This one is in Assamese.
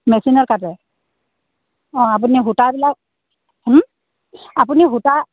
মেচিনত কাটে অ' আপুনি সূতাবিলাক আপুনি সূতা